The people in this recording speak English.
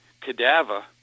cadaver